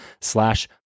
slash